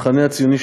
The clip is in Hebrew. המחנה הציוני,